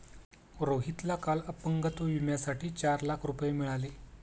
रोहितला काल अपंगत्व विम्यासाठी चार लाख रुपये मिळाले